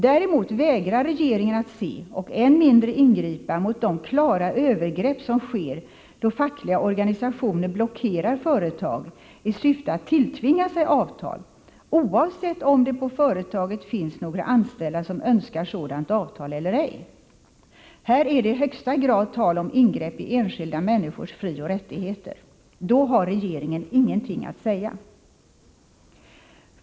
Däremot vägrar regeringen att se och än mindre ingripa mot de klara övergrepp som sker då fackliga organisationer blockerar företag i syfte att tilltvinga sig avtal oavsett om det på företaget finns några anställda som önskar sådant avtal eller ej. Här är det i högsta grad tal om ingrepp i enskilda människors frioch rättigheter. Då har regeringen ingenting att säga.